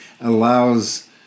allows